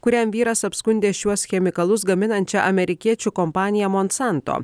kuriam vyras apskundė šiuos chemikalus gaminančią amerikiečių kompanija monsanto